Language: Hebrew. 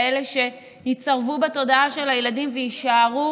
כאלה שייצרבו בתודעה של הילדים ויישארו